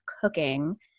cooking